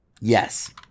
Yes